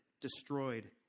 destroyed